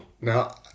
now